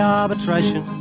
arbitration